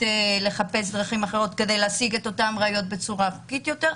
לחפש דרכים אחרות כדי להשיג את אותן ראיות בצורה חוקית יותר.